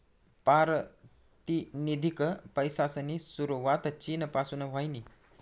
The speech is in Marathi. पारतिनिधिक पैसासनी सुरवात चीन पासून व्हयनी